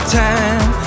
time